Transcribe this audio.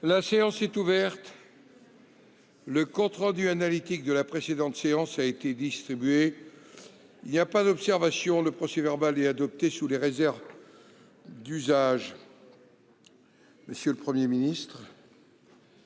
La séance est ouverte. Le compte rendu analytique de la précédente séance a été distribué. Il n'y a pas d'observation ?... Le procès-verbal est adopté sous les réserves d'usage.